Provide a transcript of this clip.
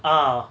uh